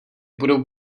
budou